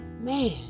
man